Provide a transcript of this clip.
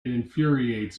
infuriates